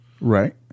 Right